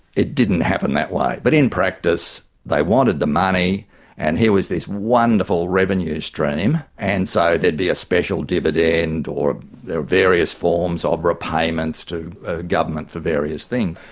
it didn't happen that way. but in practice, they wanted the money and here was this wonderful revenue stream, and so there'd be a special dividend or various forms of repayments to government for various things.